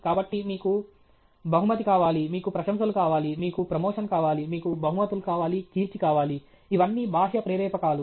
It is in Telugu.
కాబట్టి మీకు బహుమతి కావాలి మీకు ప్రశంసలు కావాలి మీకు ప్రమోషన్ కావాలి మీకు బహుమతులు కావాలి కీర్తి కావాలి ఇవన్నీ బాహ్య ప్రేరేపకాలు